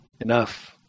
enough